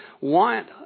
want